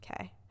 Okay